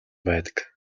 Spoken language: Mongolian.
байдаг